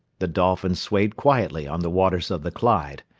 the dolphin swayed quietly on the waters of the clyde,